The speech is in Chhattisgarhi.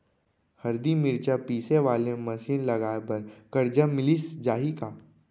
हरदी, मिरचा पीसे वाले मशीन लगाए बर करजा मिलिस जाही का?